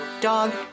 dog